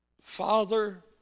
Father